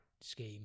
scheme